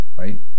right